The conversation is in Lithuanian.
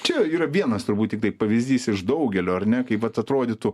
čia yra vienas turbūt tiktai pavyzdys iš daugelio ar ne kaip vat atrodytų